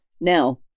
Now